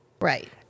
Right